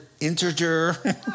integer